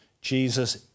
Jesus